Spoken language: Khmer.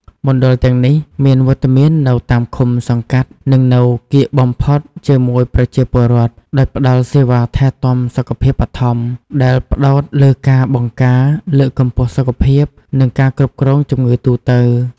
មណ្ឌលទាំងនេះមានវត្តមាននៅតាមឃុំ សង្កាត់ និងនៅកៀកបំផុតជាមួយប្រជាពលរដ្ឋ ដោយផ្តល់សេវាថែទាំសុខភាពបឋម ដែលផ្តោតលើការបង្ការ លើកកម្ពស់សុខភាព និងការគ្រប់គ្រងជំងឺទូទៅ។